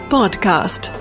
Podcast